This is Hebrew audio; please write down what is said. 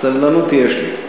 סבלנות יש לי.